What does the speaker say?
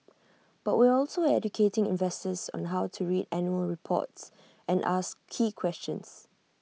but we're also educating investors on how to read annual reports and ask key questions